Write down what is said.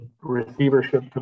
receivership